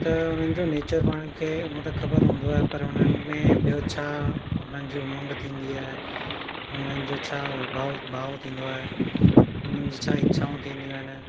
त उन्हनि जो नेचर पाण खे हूअं त ख़बर हूंदो आहे पर उन्हनि में ॿियो छा उन्हनि जी उमंग थींदी आहे उन्हनि जो छा भाव भाव थींदो आहे उन्हनि जी छा इच्छाऊं थींदियूं आहिनि